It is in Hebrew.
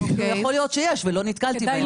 יכול להיות שיש ולא נתקלתי.